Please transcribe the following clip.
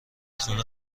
خونه